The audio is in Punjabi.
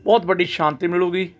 ਬਹੁਤ ਵੱਡੀ ਸ਼ਾਂਤੀ ਮਿਲੇਗੀ